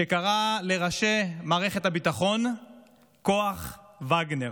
שקראה לראשי מערכת הביטחון "כוח וגנר".